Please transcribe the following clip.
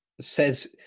says